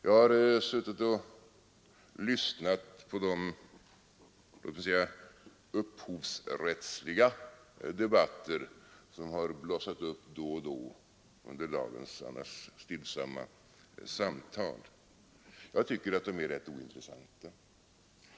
Jag har lyssnat till de ”upphovsrättsliga” debatter som har blossat upp då och då under dagens annars stillsamma samtal. Jag tycker att den delen av debatten är rätt ointressant.